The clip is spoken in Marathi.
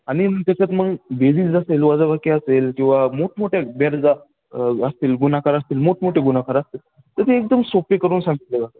आणि त्याच्यात मग बेरीज असेल वजाबाकी असेल किंवा मोठमोठ्या बेरजा असतील गुणाकार असतील मोठमोठे गुणाकार असतील तर ते एकदम सोपे करून सांगितलं जातं